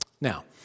Now